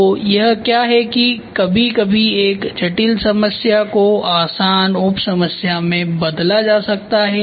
तो यह क्या है की कभी कभी एक जटिल समस्या को आसान उप समस्याओं में बदला जा सकता है